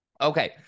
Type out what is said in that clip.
Okay